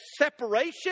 separation